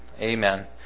Amen